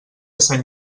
sant